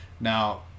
Now